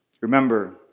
Remember